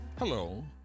Hello